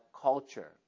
culture